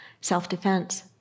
self-defense